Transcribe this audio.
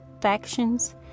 factions